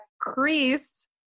crease